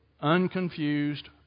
unconfused